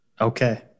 Okay